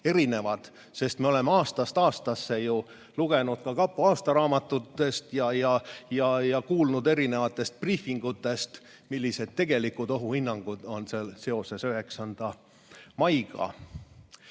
erinevad, sest me oleme aastast aastasse ju lugenud ka kapo aastaraamatutest ja kuulnud erinevatel briifingutel, millised tegelikud ohuhinnangud on seoses 9. maiga.